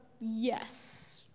yes